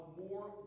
more